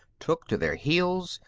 took to their heels,